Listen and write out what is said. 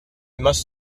must